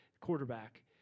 quarterback